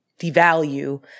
devalue